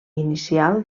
inicial